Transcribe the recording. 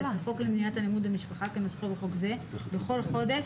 לחוק למניעת אלימות במשפחה כנוסחו בחוק זה בכל חודש,